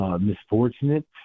misfortunate